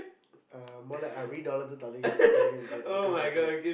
uh more like I really don't want to download tele~ telegram back because of that